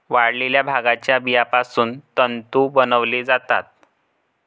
वाळलेल्या भांगाच्या बियापासून तंतू बनवले जातात